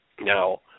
Now